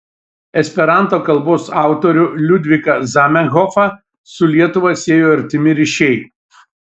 esperanto kalbos autorių liudviką zamenhofą su lietuva siejo artimi ryšiai